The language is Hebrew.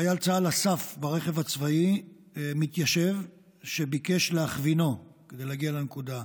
חייל צה"ל אסף ברכב הצבאי מתיישב שביקש להכווינו כדי להגיע לנקודה.